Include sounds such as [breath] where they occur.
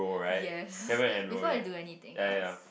yes [breath] before I do anything else